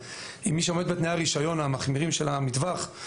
אם מישהו עומד בתנאי הרישיון המחמירים של המטווח.